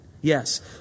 Yes